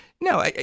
No